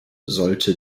sollte